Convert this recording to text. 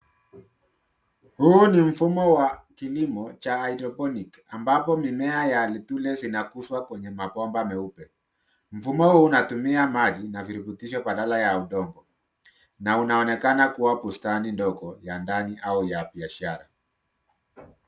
Huu ni mfumo wa kilimo cha Hydroponic ambapo mimea ya letuse zinakuzwa kwenye mabomba meupe. Mfumo huu unatumia maji na virutubisho badala ya udongo. na unaonekana kua bustani ndogo ya ndani au ya biashara.